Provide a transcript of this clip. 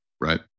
right